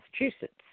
Massachusetts